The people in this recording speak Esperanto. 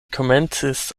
komencis